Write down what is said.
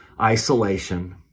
isolation